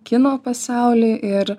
kino pasaulį ir